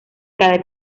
cada